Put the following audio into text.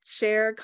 share